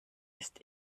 ist